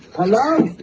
hello?